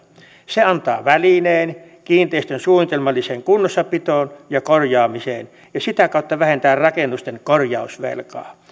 se antaa välineen kiinteistön suunnitelmalliseen kunnossapitoon ja korjaamiseen ja sitä kautta vähentää rakennusten korjausvelkaa